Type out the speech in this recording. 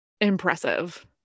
impressive